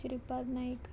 Shripad Naik